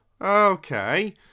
Okay